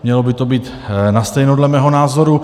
Mělo by to být nastejno, dle mého názoru.